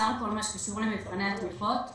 כל מה שקשור למבחני התמיכות.